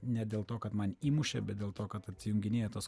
ne dėl to kad man įmušė bet dėl to kad atjunginėja tas